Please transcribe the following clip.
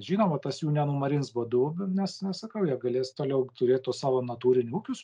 žinoma tas jų nenumarins badu nes nes sakau jie galės toliau turėt tuos savo natūrinių ūkius